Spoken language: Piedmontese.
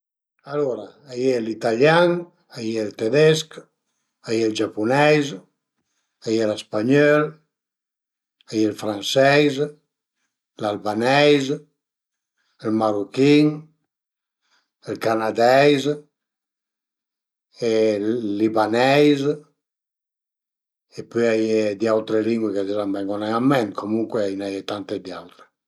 Alura a ie l'italian, a ie ël tedesch, a ie ël giapuneis, a ie lë spagnöl, a ie ël fraseis, l'albaneis, ël maruchin, ël canadeis, ël libaneis e pöi a ie d'autre lingue ch'a më ven-u nen ën ment, comuncue a i n'a ie tante d'autre